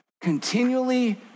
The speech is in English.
continually